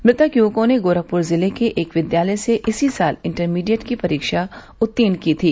मृतक युवकों ने गोरखपुर जिले के एक विद्यालय से इसी साल इंटरमीडिएट की परीक्षा उत्तीर्ण किए थे